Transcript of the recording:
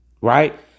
Right